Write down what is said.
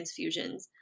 transfusions